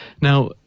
Now